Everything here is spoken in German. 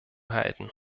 halten